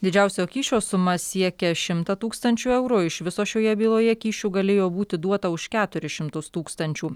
didžiausio kyšio suma siekia šimtą tūkstančių eurų iš viso šioje byloje kyšių galėjo būti duota už keturis šimtus tūkstančių